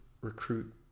recruit